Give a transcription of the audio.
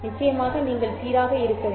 நிச்சயமாக நீங்கள் சீராக இருக்க வேண்டும்